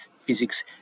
physics